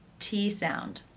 t sound.